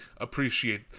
appreciate